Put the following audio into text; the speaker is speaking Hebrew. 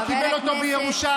הוא קיבל אותו בירושה.